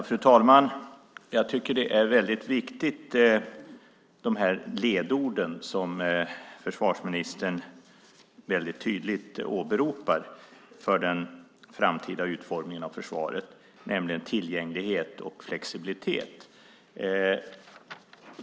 Fru talman! Jag tycker att det är viktigt med de ledord som försvarsministern tydligt åberopar för den framtida utformningen av försvaret, nämligen tillgänglighet och flexibilitet.